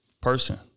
person